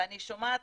ואני שומעת